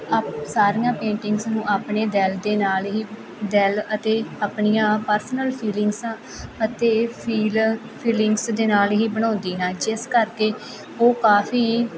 up ਸਾਰੀਆਂ painting ਨੂੰ ਆਪਣੇ ਦਿਲ ਦੇ ਨਾਲ ਹੀ ਦਿਲ ਅਤੇ ਆਪਣੀਆਂ ਪਰਸਨਲ ਫੀਲਿੰਗਸ ਅਤੇ ਫੀਲ ਫੀਲਿੰਗਸ ਦੇ ਨਾਲ ਹੀ ਬਣਾਉਂਦੀ ਹਾਂ ਜਿਸ ਕਰਕੇ ਉਹ ਕਾਫ਼ੀ